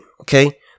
Okay